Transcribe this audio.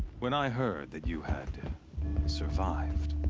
when i heard that you had. survived.